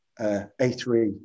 A3